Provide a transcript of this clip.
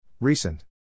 Recent